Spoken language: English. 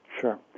Sure